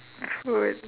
the food